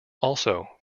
also